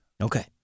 Okay